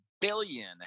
Billion